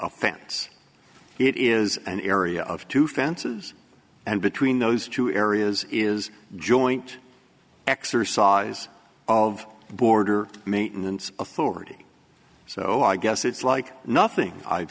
a fence it is an area of two fences and between those two areas is joint exercise of border maintenance authority so i guess it's like nothing i've